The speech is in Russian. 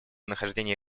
нахождения